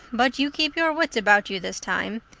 but you keep your wits about you this time.